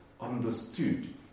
understood